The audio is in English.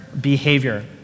behavior